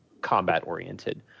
combat-oriented